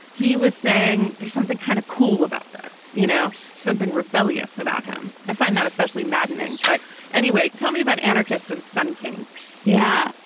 he was saying there's something kind of cool about this. you know, something rebellious about him. i find that especially maddening. but anyway, tell me about anarchist and sun king yeah,